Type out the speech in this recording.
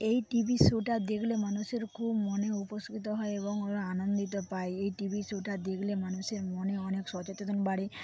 এই টিভি শোটা দেখলে মানুষের খুব মনে সুবিধা হয় এবং ওরা আনন্দটা পায় এই টিভি শোটা দেখলে মানুষের মনে অনেক সচেতনতা বাড়ে